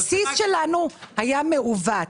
הבסיס שלנו היה מעוות.